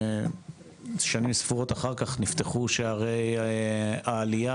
שנים ספורות אחר כך נפתחו שערי העלייה,